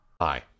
hi